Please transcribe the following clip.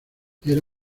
era